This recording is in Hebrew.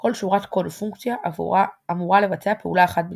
כל שורת קוד או פונקציה אמורה לבצע פעולה אחת בלבד.